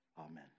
Amen